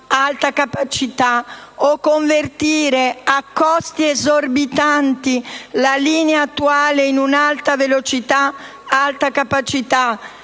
capacità o di convertire a costi esorbitanti la linea attuale in un'alta velocità‑alta capacità,